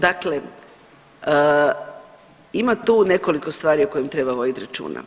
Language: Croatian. Dakle, ima tu nekoliko stvari o kojim treba voditi računa.